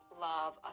love